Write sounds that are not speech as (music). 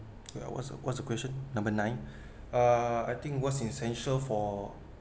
(noise) ya what's the what's the question number nine (breath) uh I think what's essential for